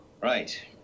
Right